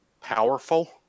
powerful